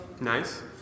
Nice